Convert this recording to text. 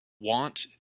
want